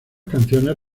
canciones